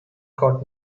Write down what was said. got